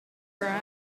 grande